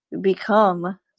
become